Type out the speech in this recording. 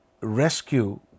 rescue